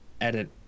edit